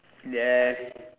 yes